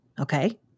Okay